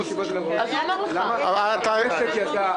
--- יש לנו קמפיין בחירות,